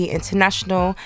International